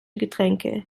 getränke